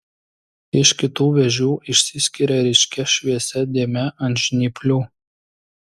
iš kitų vėžių išsiskiria ryškia šviesia dėme ant žnyplių